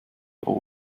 pro